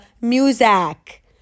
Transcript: music